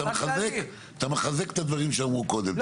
אתה מחזק את הדברים שאמרו קודם,